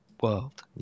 world